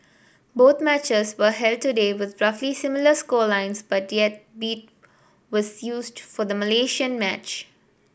both matches were held today with roughly similar score lines but yet 'beat' was used for the Malaysian match